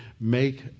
make